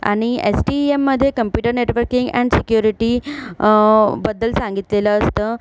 आणि एसटीईएममध्ये computer networking and security बद्दल सांगितलेलं असतं